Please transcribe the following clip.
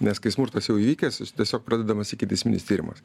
nes kai smurtas jau įvykęs jis tiesiog pradedamas ikiteisminis tyrimas